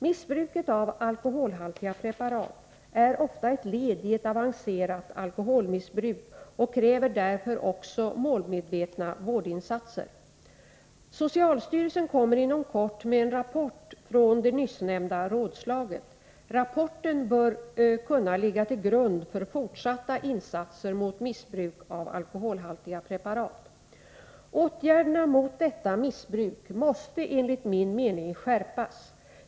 Missbruket av alkoholhaltiga preparat är ofta ett led i ett avancerat alkoholmissbruk och kräver därför också målmedvetna vårdinsatser. Socialstyrelsen kommer inom kort med en rapport från det nyssnämnda rådslaget. Rapporten bör kunna ligga till grund för fortsatta insatser mot missbruk av alkoholhaltiga preparat. Åtgärderna mot detta missbruk måste enligt min mening skärpas.